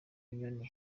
uyu